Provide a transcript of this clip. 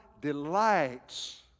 delights